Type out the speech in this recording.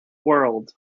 world